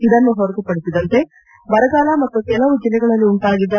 ಇದನ್ನು ಹೊರತುಪಡಿಸಿದಂತೆ ಬರಗಾಲ ಮತ್ತು ಕೆಲವು ಜಿಲ್ಲೆಗಳಲ್ಲಿ ಉಂಟಾಗಿದ್ದ